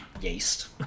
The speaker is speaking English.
yeast